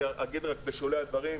אני אגיד בשולי הדברים,